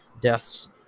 deaths